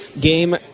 game